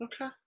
Okay